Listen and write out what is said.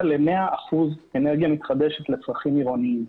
ל-100% אנרגיה מתחדשת לצרכים עירוניים: